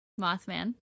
Mothman